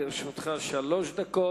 לרשותך שלוש דקות.